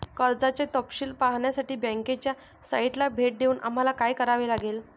कर्जाचे तपशील पाहण्यासाठी बँकेच्या साइटला भेट देऊन आम्हाला काय करावे लागेल?